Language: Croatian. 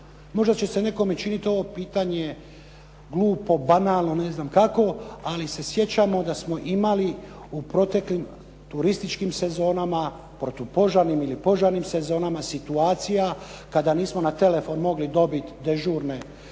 Možda će se nekome činiti ovo pitanje glupo, banalno, ne znam kakvo, ali se sjećamo da smo imali u proteklim turističkim sezonama protupožarnim ili požarnim sezonama situacija kada nismo na telefon mogli dobiti dežurne